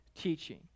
teaching